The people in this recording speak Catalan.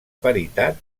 paritat